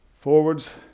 forwards